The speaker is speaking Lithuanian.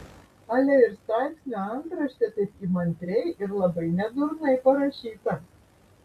ale ir straipsnio antraštė taip įmantriai ir labai nedurnai parašyta